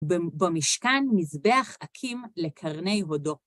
במשכן מזבח הקים לקרני הודו.